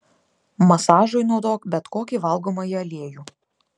masažui naudok bet kokį valgomąjį aliejų